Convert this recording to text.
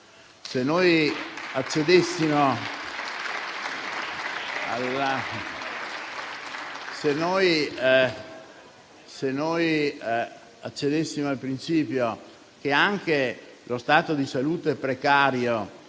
Se accedessimo al principio che lo stato di salute precario,